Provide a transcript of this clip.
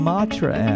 Matra